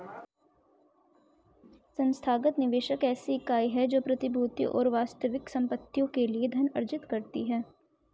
संस्थागत निवेशक ऐसी इकाई है जो प्रतिभूतियों और वास्तविक संपत्तियों के लिए धन अर्जित करती है